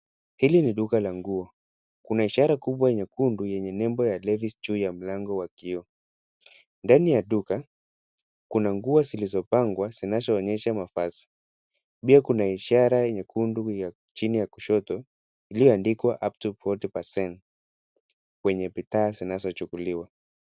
Hili ni duka la nguo, kuna ishara kubwa nyekundu, yenye nembo ya ladies juu ya mlango wa kioo. Ndani ya duka, kuna nguo zilizopangwa zinazoonyesha mavazi. Pia kuna ishara nyekundu chini ya kushoto, iliyoandikwa [ cs] upto 40 percent kwenye bidhaa zinazochukuliwa.